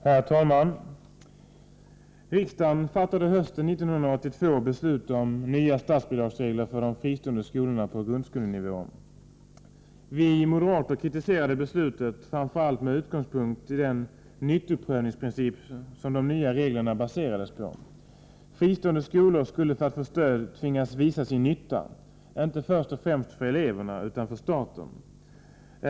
Herr talman! Riksdagen fattade hösten 1982 beslut om nya statsbidragsregler för de fristående skolorna på grundskolenivån. Vi moderater kritiserade beslutet framför allt med utgångspunkt i den nyttoprövningsprincip som de nya reglerna baserades på. Fristående skolor skulle för att få stöd tvingas visa sin nytta, inte först och främst för eleverna utan för staten.